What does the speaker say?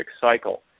cycle